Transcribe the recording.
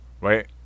right